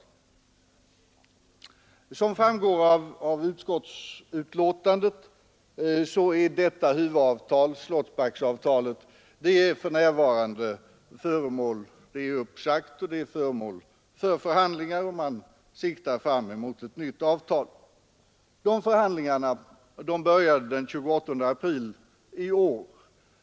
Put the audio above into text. Som framgår av utskottsbetänkandet är Slottsba uppsagt, föremål för förhandlingar som siktar fram emot ett nytt huvudavtal. Dessa förhandlingar började den 28 april i år.